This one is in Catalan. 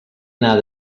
anar